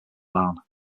barn